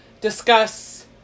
discuss